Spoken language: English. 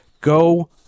Go